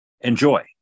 Enjoy